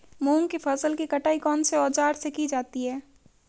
मूंग की फसल की कटाई कौनसे औज़ार से की जाती है?